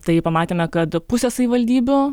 tai pamatėme kad pusė savivaldybių